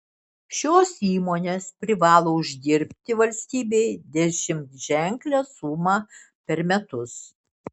šios įmonės privalo uždirbti valstybei dešimtženklę sumą per metus